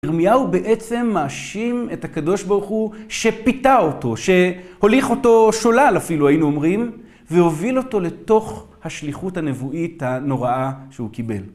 ירמיהו בעצם מאשים את הקדוש ברוך הוא שפיתה אותו, שהוליך אותו שולל, אפילו היינו אומרים, והוביל אותו לתוך השליחות הנבואית הנוראה שהוא קיבל.